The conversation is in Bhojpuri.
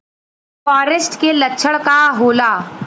फारेस्ट के लक्षण का होला?